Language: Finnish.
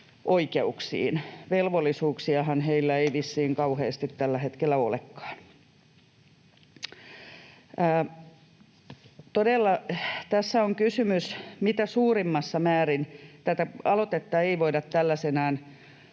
oikeuksiin. Velvollisuuksiahan heillä ei vissiin kauheasti tällä hetkellä olekaan. Todella tässä on kysymys mitä suurimmassa määrin — tätä aloitetta ei voida tällaisenaan